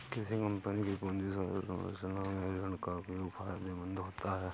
किसी कंपनी की पूंजी संरचना में ऋण का उपयोग फायदेमंद होता है